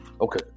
okay